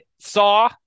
saw